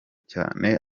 cyane